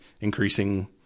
increasing